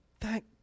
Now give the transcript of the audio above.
thank